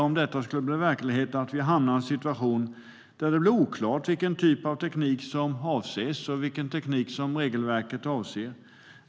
Om detta skulle bli verklighet riskerar vi att hamna i en situation där det blir oklart vilken typ av teknik som avses i regelverket.